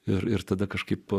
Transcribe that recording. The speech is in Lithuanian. ir tada kažkaip